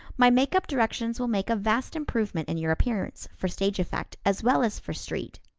my makeup directions will make a vast improvement in your appearance for stage effect, as well as for street.